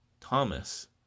Thomas